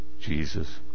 Jesus